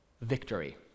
victory